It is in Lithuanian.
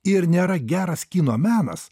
ir nėra geras kino menas